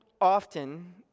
often